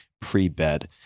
pre-bed